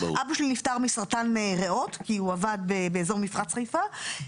אבא שלי נפטר מסרטן ריאות כי הוא עבר באזור מפרץ חיפה,